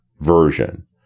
version